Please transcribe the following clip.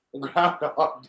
Groundhog